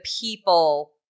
people